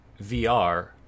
VR